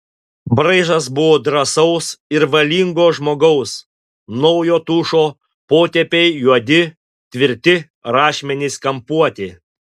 braižas buvo drąsaus ir valingo žmogaus naujo tušo potėpiai juodi tvirti rašmenys kampuoti